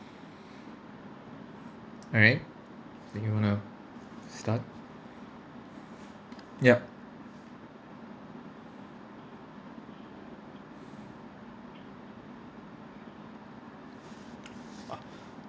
alright do you want to start yup uh